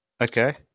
Okay